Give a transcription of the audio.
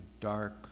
dark